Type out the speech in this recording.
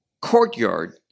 courtyard